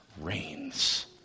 reigns